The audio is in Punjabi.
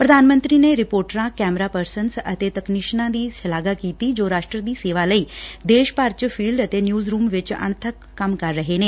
ਪ੍ਰਧਾਨ ਮੰਤਰੀ ਨੇ ਰਿਪੋਰਟਾਂ ਕੈਮਰਾ ਪਰਸਨ ਅਤੇ ਤਕਨੀਸ਼ੀਨਾਂ ਦੀ ਸ਼ਲਾਘਾ ਕੀਤੀ ਜੋ ਰਾਸ਼ਟਰ ਦੀ ਸੇਵਾ ਲਈ ਦੇਸ਼ ਭਰ ਵਿਚ ਫੀਲਡ ਅਤੇ ਨਿਉਜ਼ ਰੁਮ ਵਿਚ ਅਣਬੱਕ ਕੰਮ ਕਰ ਰਹੇ ਨੇ